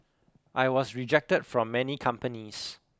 I was rejected from many companies